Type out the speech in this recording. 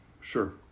Sure